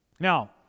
Now